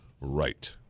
Right